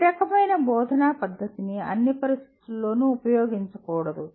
ప్రతి రకమైన బోధనా పద్ధతిని అన్ని పరిస్థితులలోనూ ఉపయోగించకూడదు